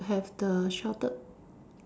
have the sheltered